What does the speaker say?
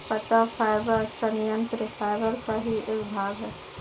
पत्ता फाइबर संयंत्र फाइबर का ही एक भाग है